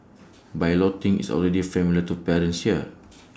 balloting is already familiar to parents here